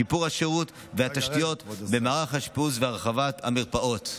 שיפור השירות והתשתיות במערך האשפוז והרחבת המרפאות.